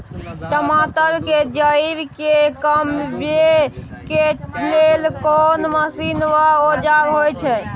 टमाटर के जईर के कमबै के लेल कोन मसीन व औजार होय छै?